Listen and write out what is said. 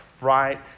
right